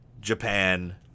Japan